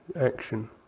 action